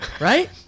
Right